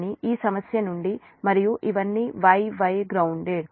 కానీ ఈ సమస్య నుండి మరియు ఇవన్నీ Y Y గ్రౌన్దేడ్